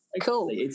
Cool